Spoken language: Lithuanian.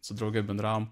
su drauge bendravom